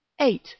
eight